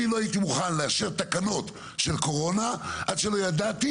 אני לא הייתי מוכן לאשר תקנות של קורונה עד שלא ידעתי